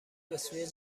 بسوی